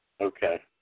Okay